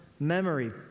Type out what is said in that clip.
Memory